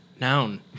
Noun